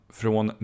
från